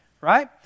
right